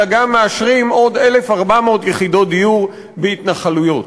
אלא גם מאשרים עוד 1,400 יחידות דיור בהתנחלויות.